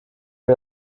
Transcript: wir